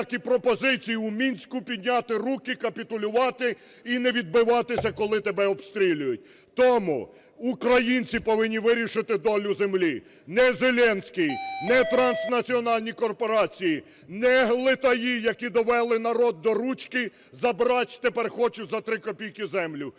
як і пропозиції у Мінську підняти руки, капітулювати і не відбиватися, коли тебе обстрілюють. Тому українці повинні вирішити долю землі. Не Зеленський, не транснаціональні корпорації, не глитаї, які довели народ до ручки, забрати тепер хочуть за 3 копійки землю,